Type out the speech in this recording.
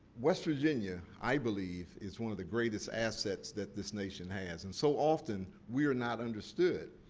west virginia, i believe, is one of the greatest assets that this nation has and, so often, we are not understood.